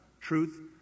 Truth